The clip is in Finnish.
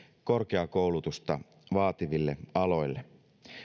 korkeakoulutusta vaativille aloille